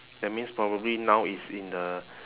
that means probably now it's in the